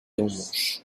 humus